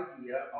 idea